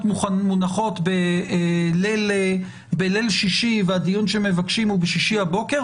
מונחות בליל שישי והדיון שמבקשים הוא בשישי הבוקר,